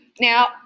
Now